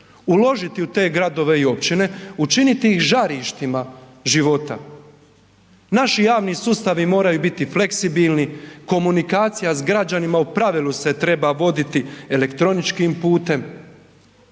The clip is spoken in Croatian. uložiti u te gradove i općine, učiniti ih žarištima života. Naši javni sustavi moraju biti fleksibilni, komunikacija s građanima u pravilu se treba voditi elektroničkim putem